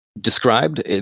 described